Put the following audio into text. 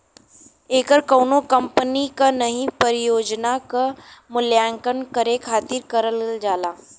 ऐकर कउनो कंपनी क नई परियोजना क मूल्यांकन करे खातिर करल जाला